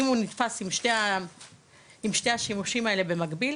אם הוא נתפס עם שני השימושים האלה במקביל,